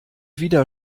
wieder